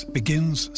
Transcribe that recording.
begins